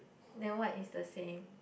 then what is the same